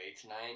tonight